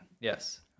Yes